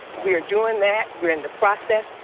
we're doing that. we're in the process.